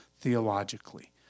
theologically